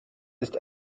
ist